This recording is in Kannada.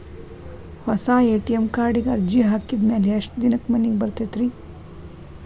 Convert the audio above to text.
ಹೊಸಾ ಎ.ಟಿ.ಎಂ ಕಾರ್ಡಿಗೆ ಅರ್ಜಿ ಹಾಕಿದ್ ಮ್ಯಾಲೆ ಎಷ್ಟ ದಿನಕ್ಕ್ ಮನಿಗೆ ಬರತೈತ್ರಿ?